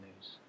News